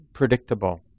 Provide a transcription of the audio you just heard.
predictable